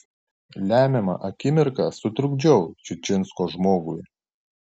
lemiamą akimirką sutrukdžiau čičinsko žmogui